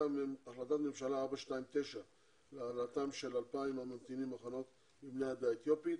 החלטת ממשלה 429 להעלאתם של 2,000 הממתינים במחנות מבני העדה האתיופית